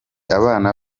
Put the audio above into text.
abana